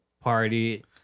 party